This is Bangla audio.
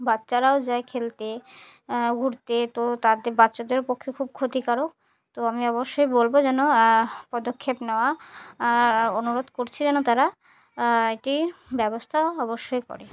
বাচ্চারাও যায় খেলতে ঘুরতে তো তাদের বাচ্চাদেরও পক্ষে খুব ক্ষতিকারক তো আমি অবশ্যই বলবো যেন পদক্ষেপ নেওয়া অনুরোধ করছি যেন তারা এটির ব্যবস্থাও অবশ্যই করে